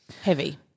Heavy